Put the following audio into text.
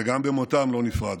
וגם במותם לא נפרדו,